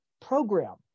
program